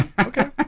okay